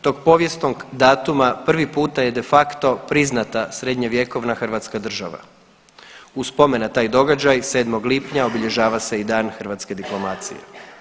Tog povijesnog datuma prvi puta je de facto priznata srednjevjekovna Hrvatska država. u spomen na taj događaj 7. lipnja obilježava se i Dan hrvatske diplomacije.